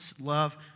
love